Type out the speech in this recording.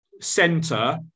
center